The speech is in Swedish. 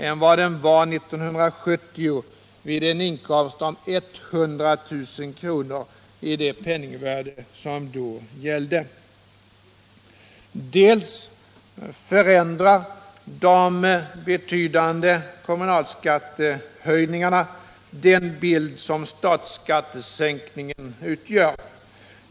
än vad den var 1970 vid en inkomst av 100 000 kr. i det penningvärde som då gällde. Dels förändrar de betydande kommunalskattehöjningarna den bild som skattesänkningen ger.